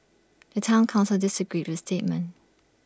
the Town Council disagreed with statement